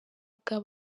bwa